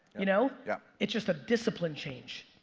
you know? yeah it's just a discipline change.